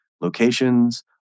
locations